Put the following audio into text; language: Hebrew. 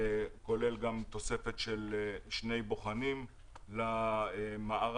כולל תוספת של שני בוחנים למערך.